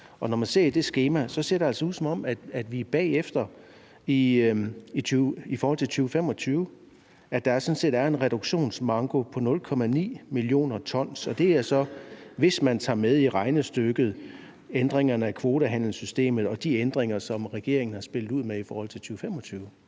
når man ser i det skema, ser det altså ud, som om vi er bagefter i forhold til 2025. Der er sådan set en reduktionsmanko på 0,9 mio. t. Og det er så, hvis man tager ændringerne af kvotehandelssystemet og de ændringer, som regeringen har spillet ud med i forhold til 2025,